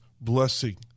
blessing